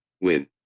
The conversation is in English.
win